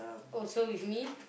oh so with me